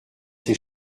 ses